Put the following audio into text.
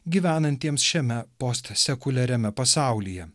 gyvenantiems šiame postsekuliariame pasaulyje